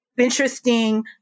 Interesting